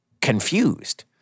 confused